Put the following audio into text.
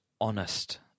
honest